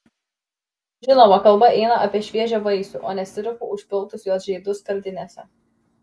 žinoma kalba eina apie šviežią vaisių o ne sirupu užpiltus jos žeidus skardinėse